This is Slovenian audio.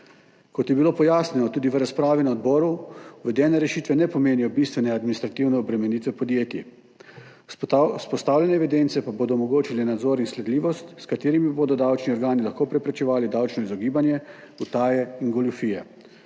Kot je bilo pojasnjeno tudi v razpravi na odboru, uvedene rešitve ne pomenijo bistvene administrativne obremenitve podjetij. Vzpostavljene evidence bodo omogočile nadzor in sledljivost, z njimi pa bodo davčni organi lahko preprečevali davčno izogibanje, utaje in goljufije.